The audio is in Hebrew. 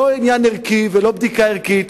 לא עניין ערכי ולא בדיקה ערכית.